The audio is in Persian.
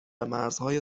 مرزهای